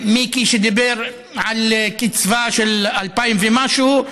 מיקי דיבר על קצבה של 2,000 ומשהו,